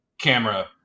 camera